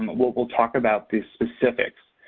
um we'll we'll talk about the specifics.